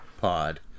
pod